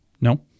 No